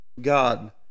God